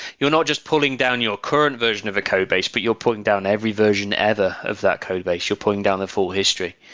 you're not just pulling down your current version of a codebase, but you're pulling down every version ever of that codebase. you're pulling down the full history.